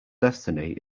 destiny